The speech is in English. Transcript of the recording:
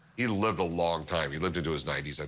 he lived a long time. he lived into his ninety s, i